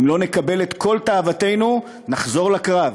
אם לא נקבל את כל תאוותנו, נחזור לקרב.